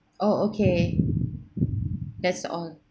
oh okay that's all